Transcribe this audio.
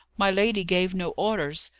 my lady gave no orders.